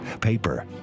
paper